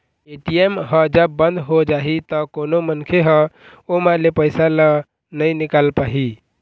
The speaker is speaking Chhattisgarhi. ए.टी.एम ह जब बंद हो जाही त कोनो मनखे ह ओमा ले पइसा ल नइ निकाल पाही